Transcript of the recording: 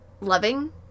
loving